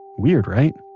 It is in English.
weird right?